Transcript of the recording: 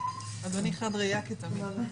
אדוני חד ראייה כתמיד.